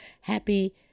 happy